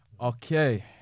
Okay